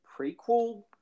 prequel